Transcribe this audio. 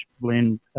blend